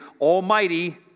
almighty